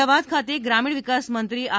અમદાવાદ ખાતે ગ્રામીણ વિકાસમંત્રી આર